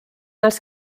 els